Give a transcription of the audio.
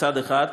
מצד אחד,